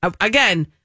Again